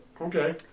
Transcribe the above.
Okay